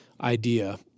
idea